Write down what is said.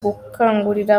gukangurira